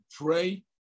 pray